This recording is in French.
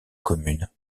commune